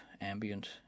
ambient